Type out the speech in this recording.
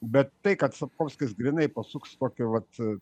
bet tai kad sapkovkis grynai pasuks tokį vat